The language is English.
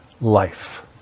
life